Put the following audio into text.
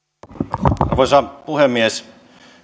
arvoisa puhemies